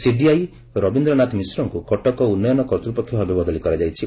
CDI Rabindra Nath ମିଶ୍ରଙ୍କୁ କଟକ ଉନ୍ନୟନ କର୍ତ୍ତପକ୍ଷ ଭାବେ ବଦଳି କରାଯାଇଛି